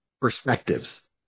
perspectives